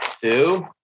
Two